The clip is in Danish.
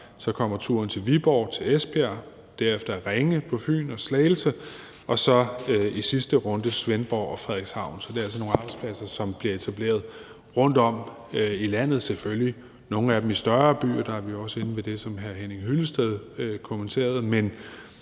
Så kommer turen til Viborg, Esbjerg og derefter til Ringe på Fyn og til Slagelse og så i sidste runde til Svendborg og Frederikshavn. Så det er altså nogle arbejdspladser, som bliver etableret rundtom i landet og, selvfølgelig, nogle af dem i større byer – der er vi også inde ved det, som hr. Henning Hyllested kommenterede